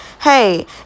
hey